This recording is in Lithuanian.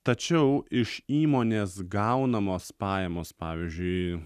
tačiau iš įmonės gaunamos pajamos pavyzdžiui